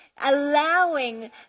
allowing